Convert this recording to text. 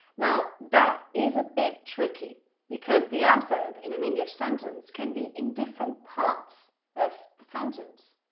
now that is a bit tricky because the adverb in an english sentence can be in different parts of the sentence.